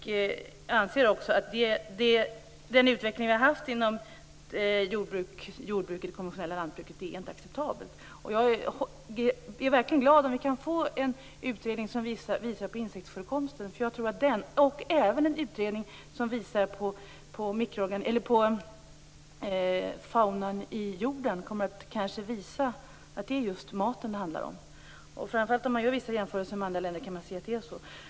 Den utveckling vi har haft inom det konventionella lantbruket är inte acceptabel. Jag är verkligen glad om vi kan få en utredning som visar på insektsförekomsten. En sådan liksom även en som visar på faunan i jorden kommer kanske att visa att det just är maten det handlar om. Framför allt om man gör vissa jämförelser med andra länder kan man se att det är så.